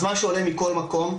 אז מה שעולה מכל מקום,